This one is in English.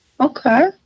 Okay